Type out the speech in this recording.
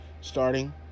starting